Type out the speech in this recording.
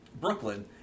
Brooklyn